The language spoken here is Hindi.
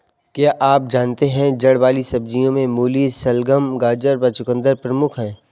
क्या आप जानते है जड़ वाली सब्जियों में मूली, शलगम, गाजर व चकुंदर प्रमुख है?